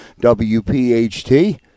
WPHT